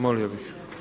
Molio bih!